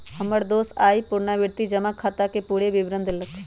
हमर दोस आइ पुरनावृति जमा खताके पूरे विवरण देलक